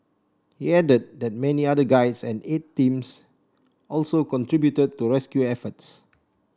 he added that many other guides and aid teams also contributed to rescue efforts